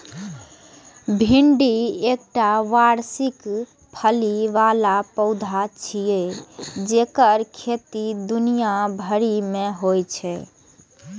भिंडी एकटा वार्षिक फली बला पौधा छियै जेकर खेती दुनिया भरि मे होइ छै